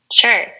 Sure